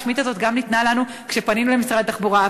והתשובה הרשמית הזאת גם ניתנה לנו כשפנינו למשרד התחבורה,